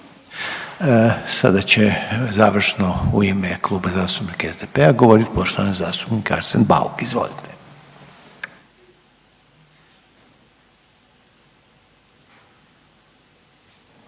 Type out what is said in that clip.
Sada će završno u ime Kluba zastupnika SDP-a govorit poštovani zastupnik Arsen Bauk. Izvolite.